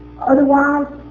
Otherwise